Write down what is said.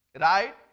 Right